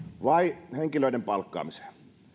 vai henkilöiden palkkaamiseen